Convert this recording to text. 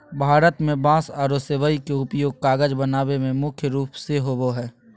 भारत में बांस आरो सबई के उपयोग कागज बनावे में मुख्य रूप से होबो हई